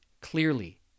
clearly